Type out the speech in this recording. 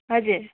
हजुर